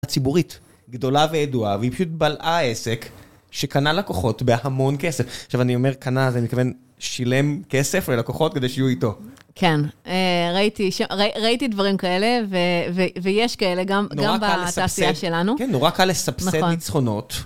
הציבורית גדולה וידועה והיא פשוט בלעה עסק שקנה לקוחות בהמון כסף, עכשיו אני אומר קנה זה מכיוון שילם כסף ללקוחות כדי שיהיו איתו, כן ראיתי דברים כאלה ויש כאלה גם בתעשייה שלנו כן נורא קל לסבסד נצחונות